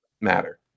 matter